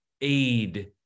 aid